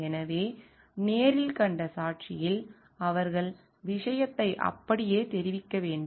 எனவே நேரில் கண்ட சாட்சியில் அவர்கள் விஷயத்தை அப்படியே தெரிவிக்க வேண்டும்